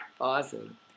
awesome